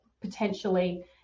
potentially